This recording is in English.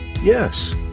Yes